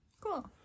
Cool